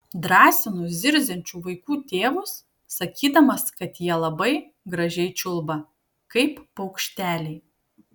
drąsinu zirziančių vaikų tėvus sakydamas kad jie labai gražiai čiulba kaip paukšteliai